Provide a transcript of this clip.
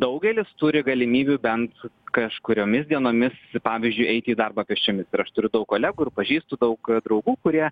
daugelis turi galimybių bent kažkuriomis dienomis pavyzdžiui eiti į darbą pėsčiomis ir aš turiu daug kolegų ir pažįstu daug draugų kurie